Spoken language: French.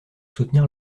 soutenir